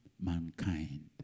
mankind